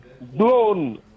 Blown